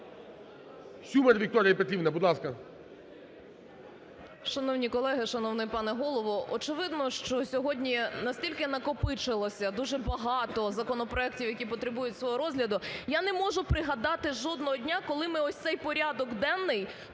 Сюмар Вікторія Петрівна, будь ласка.